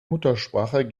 muttersprache